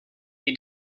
may